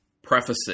Prefacing